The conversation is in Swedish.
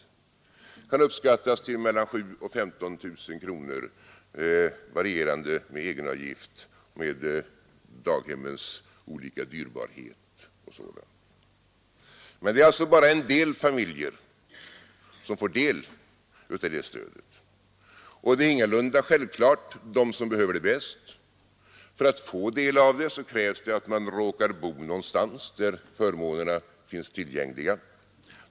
Det kan uppskattas till mellan 7 000 och 15 000 kronor, varierande med egenavgift, med daghemmens olika dyrbarhet och sådant. Men det är alltså bara en del familjer som får del av det stödet. Och det är ingalunda självklart de som behöver det bäst. För att få del av det krävs det att man råkar bo någonstans där förmånerna finns tillgängliga.